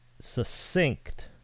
succinct